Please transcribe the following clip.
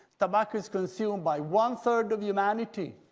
tobacco is consumed by one third of humanity,